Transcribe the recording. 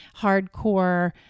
hardcore